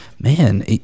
man